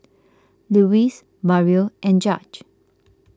Louise Mario and Judge